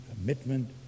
commitment